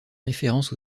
référence